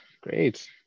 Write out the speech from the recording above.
great